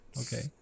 Okay